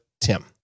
TIM